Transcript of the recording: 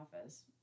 office